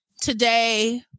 today